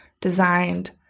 designed